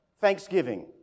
thanksgiving